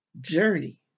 journey